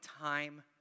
time